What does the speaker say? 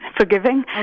forgiving